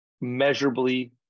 measurably